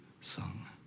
sung